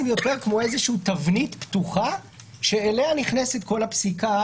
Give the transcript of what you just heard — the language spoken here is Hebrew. הנוסח הוא יותר כמו איזושהי תבנית פתוחה שאליה יכולה להיכנס כל הפסיקה,